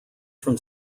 from